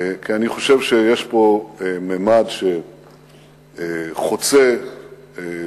כי אני חושב שיש פה ממד שחוצה דורות.